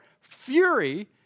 fury